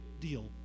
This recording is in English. deal